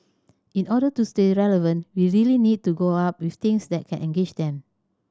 in order to stay relevant we really need to go up with things that can engage them